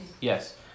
Yes